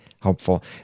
helpful